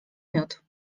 miód